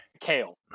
Kale